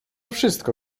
wszystko